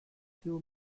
few